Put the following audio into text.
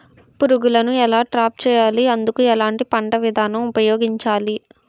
పురుగులను ఎలా ట్రాప్ చేయాలి? అందుకు ఎలాంటి పంట విధానం ఉపయోగించాలీ?